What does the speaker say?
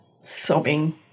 sobbing